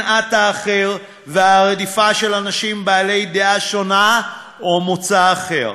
שנאת האחר והרדיפה של אנשים בעלי דעה שונה או מוצא אחר,